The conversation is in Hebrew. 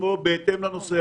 ימים.